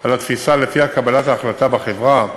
על התפיסה שלפיה קבלת ההחלטה בחברה,